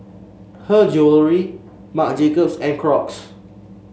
Her Jewellery Marc Jacobs and Crocs